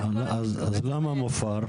אז למה מופר?